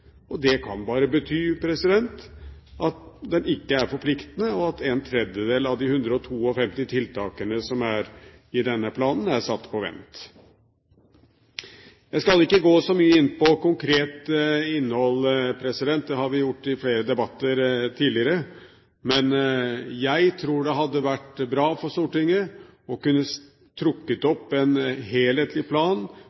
Det kan bare bety at den ikke er forpliktende, og at en tredjedel av de 152 tiltakene i denne planen er satt på vent. Jeg skal ikke gå så mye inn på konkret innhold, det har vi gjort i flere debatter tidligere, men jeg tror det hadde vært bra for Stortinget å kunne